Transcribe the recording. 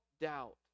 doubt